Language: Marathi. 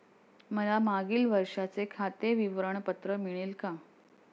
मला मागील वर्षाचे खाते विवरण पत्र मिळेल का?